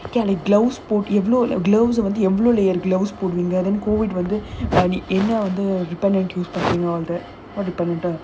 gloves போட்டு எவ்ளோ:pottu evlo then COVID வந்து எல்லா இதுலயும்:vandhu ellaa idhulayum all that